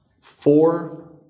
Four